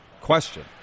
question